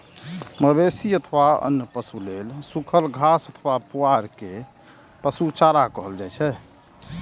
मवेशी अथवा अन्य पशु लेल सूखल घास अथवा पुआर कें पशु चारा कहल जाइ छै